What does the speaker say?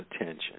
attention